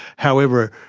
however,